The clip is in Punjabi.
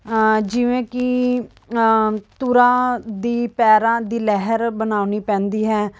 ਜਿਵੇਂ ਕਿ ਤੁਰਾਂ ਦੀ ਪੈਰਾਂ ਦੀ ਲਹਿਰ ਬਣਾਉਣੀ ਪੈਂਦੀ ਹੈ